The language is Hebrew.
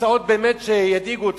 תוצאות שבאמת ידאיגו אותך.